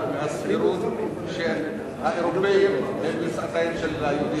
מהסבירות שהאירופים הם מצאצאיהם של היהודים,